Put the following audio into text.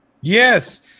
Yes